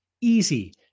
Easy